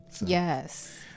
Yes